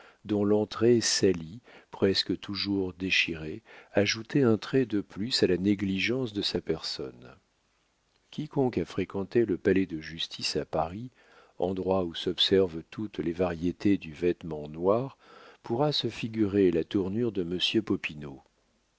dont l'entrée salie presque toujours déchirée ajoutait un trait de plus à la négligence de sa personne quiconque a fréquenté le palais de justice à paris endroit où s'observent toutes les variétés du vêtement noir pourra se figurer la tournure de